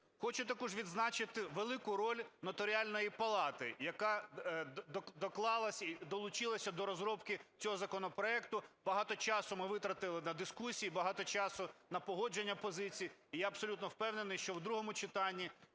Хочу також відзначити велику роль Нотаріальної палати, яка доклалась, долучилась до розробки цього законопроекту. Багато часу ми витратили на дискусії, багато часу на погодження позицій, і я абсолютно впевнений, що в другому читанні